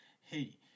hey